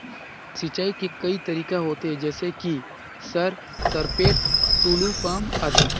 सिंचाई के कई तरीका होथे? जैसे कि सर सरपैट, टुलु पंप, आदि?